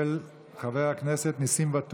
לתיקון פקודת בתי הסוהר של חברת הכנסת שרן מרים השכל.